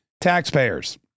taxpayers